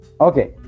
okay